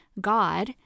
God